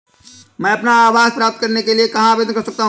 मैं अपना आवास प्राप्त करने के लिए कहाँ आवेदन कर सकता हूँ?